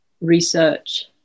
research